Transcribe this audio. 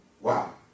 Wow